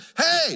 hey